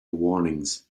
warnings